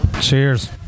Cheers